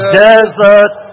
desert